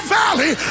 valley